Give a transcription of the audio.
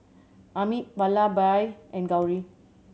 Amit Vallabhbhai and Gauri